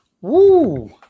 Woo